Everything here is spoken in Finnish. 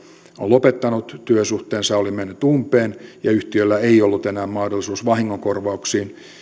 on lopettanut työsuhteensa oli mennyt umpeen ja yhtiöllä ei ollut enää mahdollisuutta vahingonkorvauksiin